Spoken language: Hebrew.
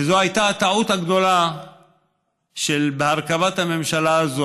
וזו הייתה הטעות הגדולה בהרכבת הממשלה הזאת,